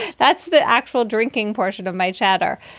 that's the actual drinking portion of my chatter.